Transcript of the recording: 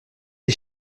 les